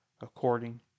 according